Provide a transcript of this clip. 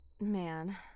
man